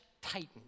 tighten